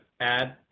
add